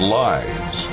lives